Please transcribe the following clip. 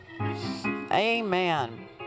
Amen